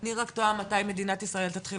אני רק תוהה מתי מדינת ישראל תתחיל